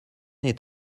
est